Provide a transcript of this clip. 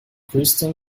christian